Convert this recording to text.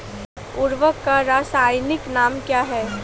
उर्वरक का रासायनिक नाम क्या है?